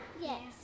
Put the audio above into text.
Yes